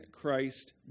Christ